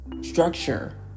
structure